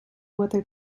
whether